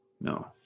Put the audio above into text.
No